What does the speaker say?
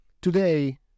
Today